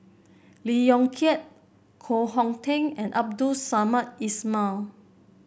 Lee Yong Kiat Koh Hong Teng and Abdul Samad Ismail